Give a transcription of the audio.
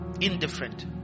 Indifferent